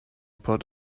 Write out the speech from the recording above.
put